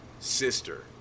sister